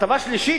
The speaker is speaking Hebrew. הטבה שלישית: